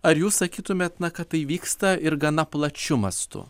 ar jūs sakytumėt na kad tai vyksta ir gana plačiu mastu